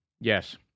Yes